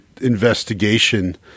investigation